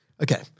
Okay